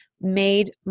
made